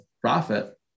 profit